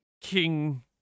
King